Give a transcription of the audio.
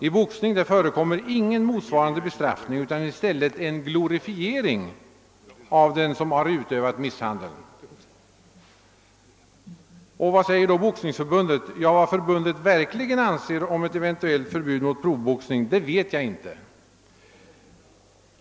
I boxning förekommer ingen motsvarande bestraffning utan i stället en glorifiering av den som har utövat misshandeln. Vad säger Svenska boxningsförbundet? Ja, vad förbundet verkligen anser om ett eventuellt förbud mot proffsboxning, vet jag inte.